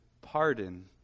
pardon